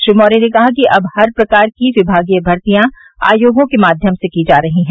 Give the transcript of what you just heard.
श्री मौर्य ने कहा कि अब हर प्रकार की विभागीय भर्तियां आयोगों के माध्यम से की जा रही हैं